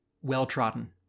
well-trodden